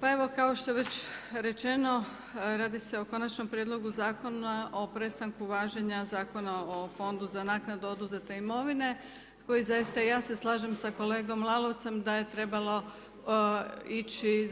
Pa evo kao što je već rečeno, radi se o Konačnom prijedlogu Zakona o prestanku važenja Zakona o fondu za naknadu oduzete imovine koji zaista i ja se slažem s kolegom Lalovcem da je trebalo ići